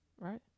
right